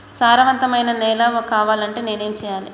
సారవంతమైన నేల కావాలంటే నేను ఏం చెయ్యాలే?